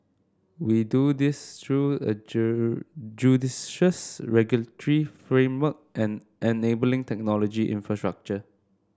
we do this through a judicious regulatory framework and enabling technology infrastructure